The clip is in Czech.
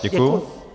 Děkuju.